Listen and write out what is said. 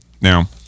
now